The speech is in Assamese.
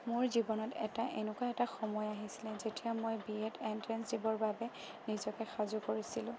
মোৰ জীৱনত এনেকুৱা এটা সময় আহিছিলে যেতিয়া মই বি এড এণ্ট্ৰেঞ্চ দিবৰ কাৰণে নিজকে সাজু কৰিছিলোঁ